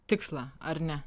tikslą ar ne